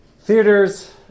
theaters